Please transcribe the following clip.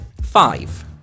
Five